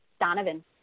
Donovan